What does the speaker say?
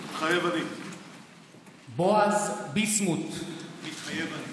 מתחייב אני בועז ביסמוט, מתחייב אני